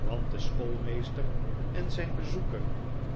want de schoolmeester en zijn bezoeker